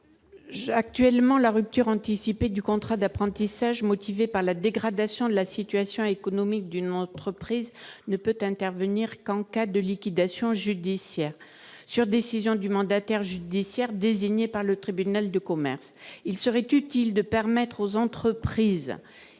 Actuellement, une rupture anticipée du contrat d'apprentissage motivée par la dégradation de la situation économique de l'entreprise ne peut intervenir qu'en cas de liquidation judiciaire, sur décision du mandataire judiciaire désigné par le tribunal de commerce. Il serait utile de permettre aux entreprises